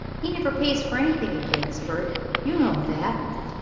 he never pays for anything he breaks, bert you know that.